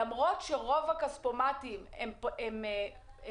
למרות שרוב הכספומטים הם פרטיים,